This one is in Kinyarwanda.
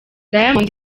diamond